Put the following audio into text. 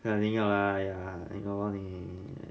看赢了 lah !aiya! 你赢了 lor 你